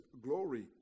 glory